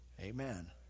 Amen